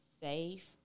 safe